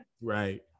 Right